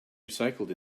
recycled